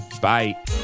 Bye